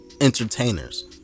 entertainers